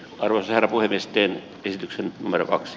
orser vahvisti käsityksen numero kaks